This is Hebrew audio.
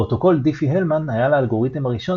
פרוטוקול דיפי-הלמן היה לאלגוריתם הראשון